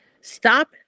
stop